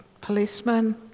policemen